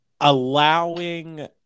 allowing